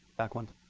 back one.